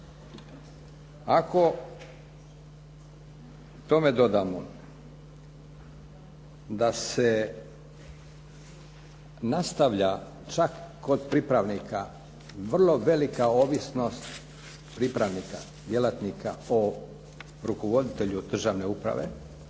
Ako tome dodamo da se nastavlja čak kod pripravnika vrlo velika ovisnost pripravnika, djelatnika o rukovoditelju državne uprave